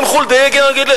האם חולדאי יגן?